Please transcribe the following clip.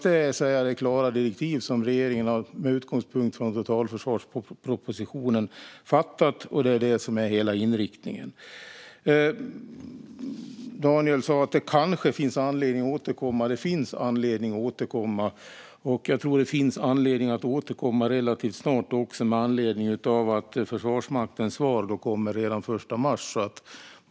Det är de klara direktiv som regeringen har fattat med utgångspunkt från totalförsvarspropositionen, och det är det som är hela inriktningen. Daniel Bäckström sa att det kanske kommer att finnas anledning att återkomma. Det gör det, och jag tror att det finns anledning att återkomma relativt snart också med anledning av att Försvarsmaktens svar kommer redan den 1 mars.